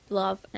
love